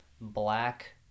black